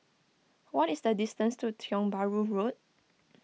what is the distance to Tiong Bahru Road